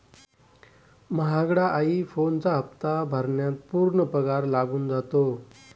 महागडा आई फोनचा हप्ता भरण्यात पूर्ण पगार लागून जातो